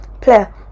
player